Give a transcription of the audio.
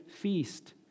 feast